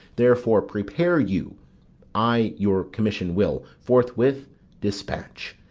therefore prepare you i your commission will forthwith dispatch,